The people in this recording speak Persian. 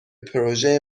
پروژه